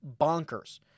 bonkers